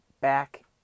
back